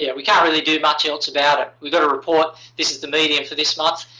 yeah we can't really do much else about it. we got a report, this is the median for this month,